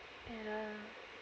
ya